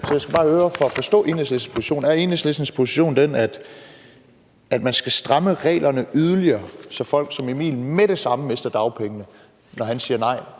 Så jeg skal bare høre for at forstå Enhedslistens position, om Enhedslistens position er den, at man skal stramme reglerne yderligere, så folk som Emil med det samme mister dagpengene, når han siger nej